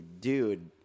dude